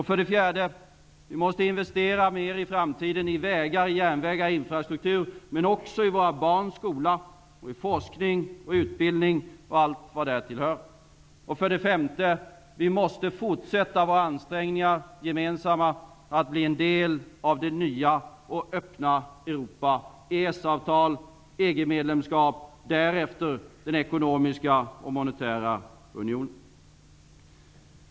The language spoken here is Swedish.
För det fjärde: Vi måste i framtiden investera mer i vägar, järnvägar och infrastruktur, men också i våra barns skola, i forskning och utbildning och allt vad därtill hör. För det femte: Vi måste fortsätta våra gemensamma ansträngningar att bli en del av det nya och öppna Europa: EES-avtal, EG medlemskap -- därefter den ekonomiska och monetära unionen.